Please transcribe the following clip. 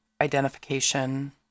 identification